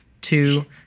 two